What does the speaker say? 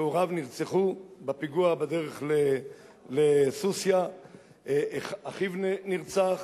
שהוריו נרצחו בפיגוע בדרך לסוסיא ואחיו נרצח.